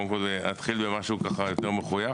אני אתחיל במשהו יותר מחויך,